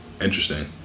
Interesting